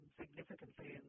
significantly